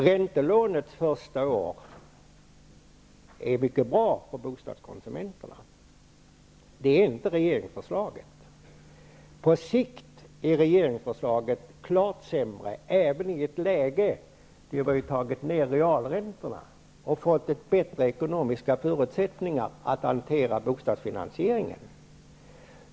Räntelånet är under första året mycket bra för bostadskonsumenterna, men det är inte regeringsförslaget. På sikt är regeringsförslaget klart sämre även i ett läge där realräntorna ger bättre ekonomiska förutsättningar att hantera bostadsfinansieringen.